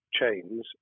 chains